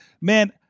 man